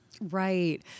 Right